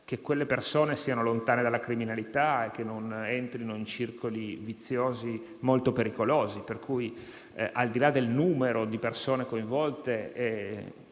che quelle persone siano lontane dalla criminalità e che non entrino in circoli viziosi molto pericolosi. Al di là del numero di persone coinvolte,